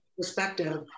perspective